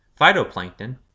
Phytoplankton